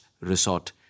resort